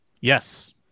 Yes